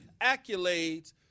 accolades